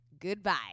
Goodbye